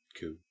Cool